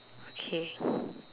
okay